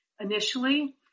initially